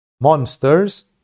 monsters